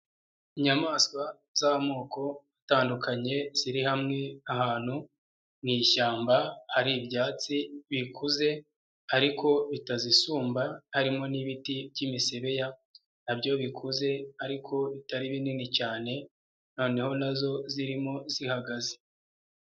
Inyamaswa z'amoko atandukanye ziri hamwe ahantu mu ishyamba hari ibyatsi bikuze ariko bitazisumba, harimo n'ibiti by'imisebeya nabyo bikuze ariko bitari binini cyane, noneho nazo zirimo zihagaze.